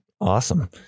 Awesome